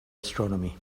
astronomy